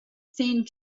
think